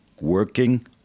working